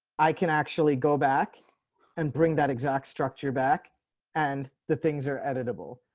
i can actually go back and bring that exact structure back and the things are editable.